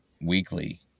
weekly